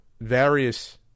various